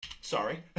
Sorry